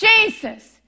Jesus